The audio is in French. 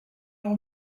leur